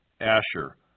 Asher